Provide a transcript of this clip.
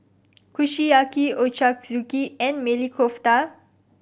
Kushiyaki Ochazuke and Maili Kofta